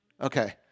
Okay